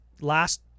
last